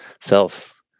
self